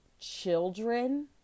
children